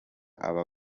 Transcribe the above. aba